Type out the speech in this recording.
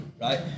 Right